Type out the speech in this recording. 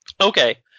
Okay